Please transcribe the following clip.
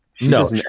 No